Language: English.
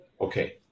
Okay